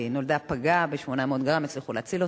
נולדה פגה, 800 גרם, והצליחו להציל אותה,